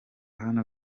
hano